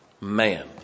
man